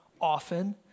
often